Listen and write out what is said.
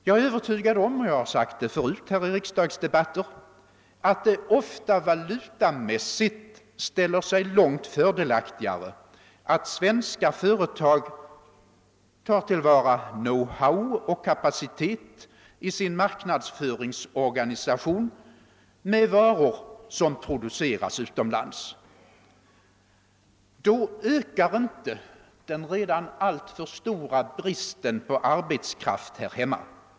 Jag är övertygad om — och jag har sagt det förut i riksdagsdebatter — att det ofta valutamässigt ställer sig långt fördelaktigare att svenska företag tillvaratar sin know-how och kapaciteten i sin marknadsföringsorganisation med varor som produceras utomlands. Då ökar inte den redan alltför stora bristen på arbetskraft här hemma.